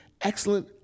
excellent